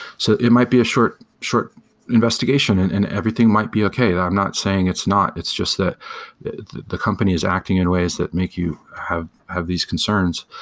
so it might be a short short investigation and and everything might be okay. i'm not saying it's not. it's just that the company is acting in ways that make you have have these concerns.